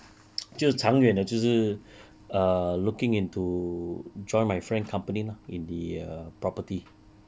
就是长远的就是 err looking into join my friend company lah in the uh property